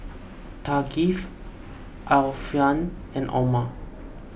Thaqif Alfian and Omar